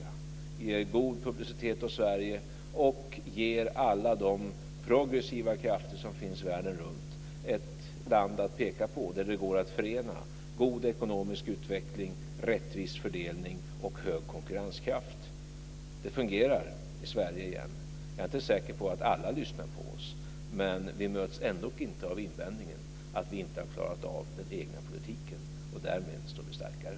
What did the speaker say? Det ger god publicitet åt Sverige och ger alla de progressiva krafter som finns världen runt ett land att peka på där det går att förena god ekonomisk utveckling, rättvis fördelning och hög konkurrenskraft. Det fungerar i Sverige igen. Jag är inte säker på att alla lyssnar på oss, men vi möts ändå inte av invändningen att vi inte har klarat av den egna politiken. Därmed står vi starkare.